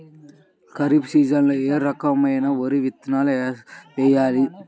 ఖరీఫ్ సీజన్లో ఏ రకం వరి విత్తనాలు వేయాలి?